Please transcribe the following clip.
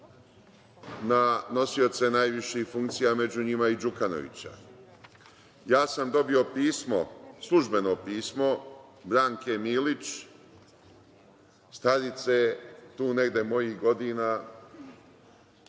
na nosioce najviših funkcija, a među njima i Đukanovića. Ja sam dobio pismo, službeno pismo Branke Milić, starice tu negde mojih godina,